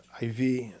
IV